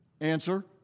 Answer